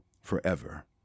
forever